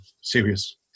serious